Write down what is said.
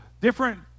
different